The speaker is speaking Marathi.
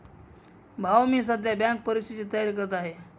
भाऊ मी सध्या बँक परीक्षेची तयारी करत आहे